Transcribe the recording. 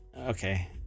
Okay